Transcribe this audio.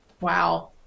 Wow